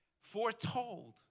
foretold